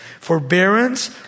Forbearance